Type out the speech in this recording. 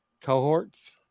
cohorts